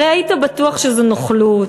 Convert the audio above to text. הרי היית בטוח שזאת נוכלות,